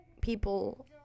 people